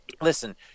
listen